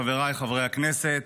חבריי חברי הכנסת,